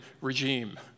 regime